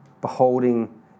beholding